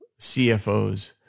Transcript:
CFOs